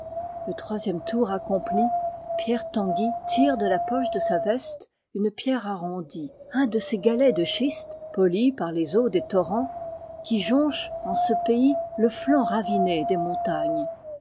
le troisième tour accompli pierre tanguy tire de la poche de sa veste une pierre arrondie un de ces galets de schiste polis par les eaux des torrents qui jonchent en ce pays le flanc raviné des montagnes